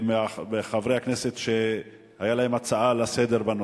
וחברי הכנסת שהיתה להם הצעה לסדר-היום בנושא.